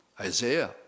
Isaiah